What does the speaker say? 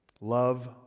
love